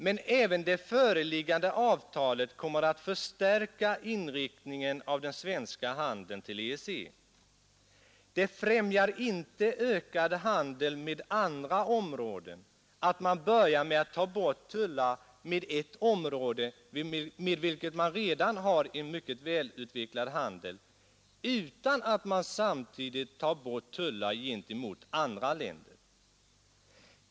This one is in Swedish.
Men även det föreliggande avtalet kommer att förstärka inriktningen av den svenska handeln till EEC. Det främjar inte ökad handel med andra områden att man börjar med att ta bort tullar med ett område med vilket man redan har en mycket välutvecklad handel — utan att man samtidigt tar bort tullar gentemot andra länder.